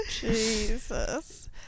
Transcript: jesus